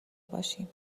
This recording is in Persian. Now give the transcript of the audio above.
باشیم